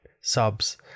subs